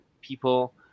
people